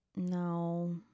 No